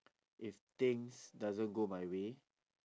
if things doesn't go my way